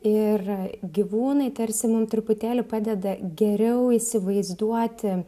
ir gyvūnai tarsi mum truputėlį padeda geriau įsivaizduoti